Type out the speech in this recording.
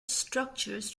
structures